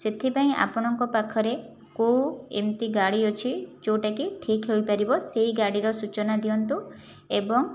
ସେଥିପାଇଁ ଆପଣଙ୍କ ପାଖରେ କେଉଁ ଏମିତି ଗାଡ଼ି ଅଛି ଯେଉଁଟାକି ଠିକ୍ ହୋଇପାରିବ ସେହି ଗାଡ଼ିର ସୂଚନା ଦିଅନ୍ତୁ ଏବଂ